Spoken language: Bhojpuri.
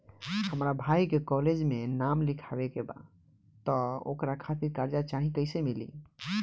हमरा भाई के कॉलेज मे नाम लिखावे के बा त ओकरा खातिर कर्जा चाही कैसे मिली?